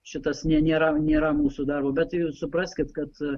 šitas ne nėra nėra mūsų darbo bet jūs supraskit kad